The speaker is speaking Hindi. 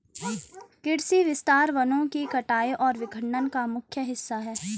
कृषि विस्तार वनों की कटाई और वन विखंडन का मुख्य हिस्सा है